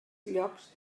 llocs